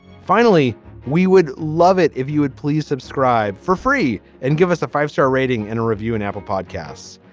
finally we would love it if you would please subscribe for free and give us a five star rating and a review and apple podcasts.